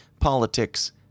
politics